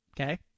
okay